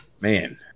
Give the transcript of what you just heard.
man